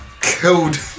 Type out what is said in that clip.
killed